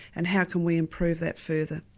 and how can we improve that further?